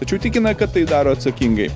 tačiau tikina kad tai daro atsakingai